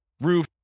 roof